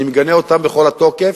אני מגנה אותם בכל התוקף,